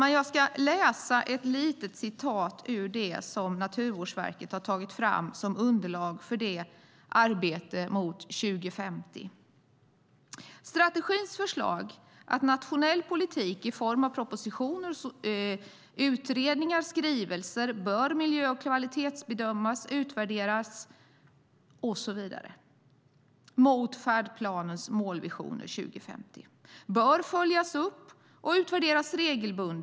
I det underlag som Naturvårdsverket har tagit fram för arbetet mot 2050 skriver man att nationell politik i form av propositioner, utredningar och skrivelser bör miljö och kvalitetsbedömas, utvärderas och så vidare mot färdplanens målvisioner 2050. Man skriver att de bör följas upp och utvärderas regelbundet.